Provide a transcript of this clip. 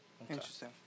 Interesting